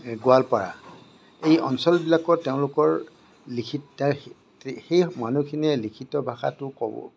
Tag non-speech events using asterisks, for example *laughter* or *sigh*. গোৱালপাৰা এই অঞ্চলবিলাকক তেওঁলোকৰ লিখিত *unintelligible* সেই মানুহখিনিয়ে লিখিত ভাষাটো ক'ব